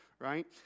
right